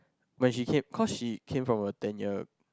when she came cause she came from a ten year